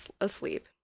asleep